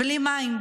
בלי מים,